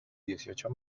dieciocho